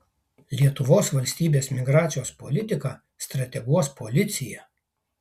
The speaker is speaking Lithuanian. lietuvos valstybės migracijos politiką strateguos policija